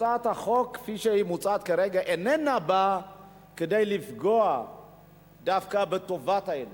הצעת החוק כפי שהיא מוצעת כרגע איננה באה כדי לפגוע דווקא בטובת הילד.